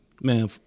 Man